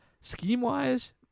scheme-wise